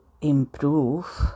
improve